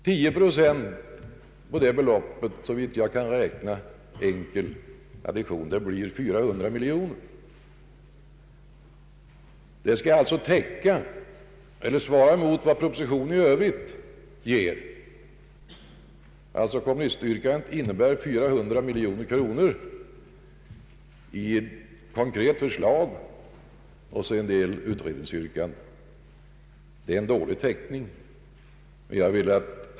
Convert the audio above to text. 10 procent av det beloppet utgör 400 miljoner kronor. Detta skall alltså svara mot vad propositionen i övrigt ger. Kommunistyrkandet innebär 400 miljoner kronor i konkret förslag och sedan en del utredningsyrkanden. Det är en dålig täckning.